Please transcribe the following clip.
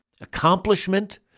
accomplishment